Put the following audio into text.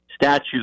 statute